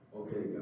okay